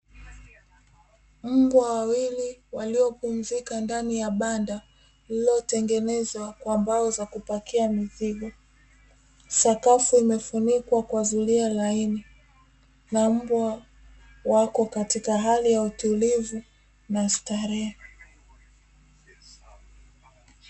Mbwa wawili walio pumzika ndani ya banda lililotengenezwa kwa mbao za kupakia mizigo, sakafu imefunikwa kwa zulia laini na mbwa wako katika hali ya utulivu na starehe.